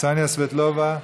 קסניה סבטלובה,